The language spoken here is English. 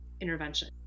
intervention